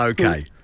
Okay